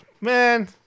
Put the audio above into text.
man